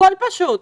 הכול פשוט.